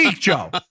Joe